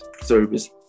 service